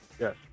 Yes